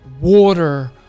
water